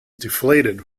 deflated